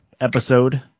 episode